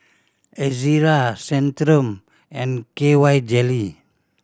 Ezerra Centrum and K Y Jelly